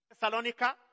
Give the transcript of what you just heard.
Thessalonica